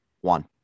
one